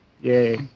Yay